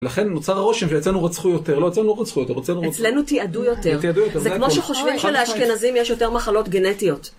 לכן נוצר רושם שאצלנו רצחו יותר, לא אצלנו רצחו יותר, אצלנו תיעדו יותר, זה כמו שחושבים שלאשכנזים יש יותר מחלות גנטיות.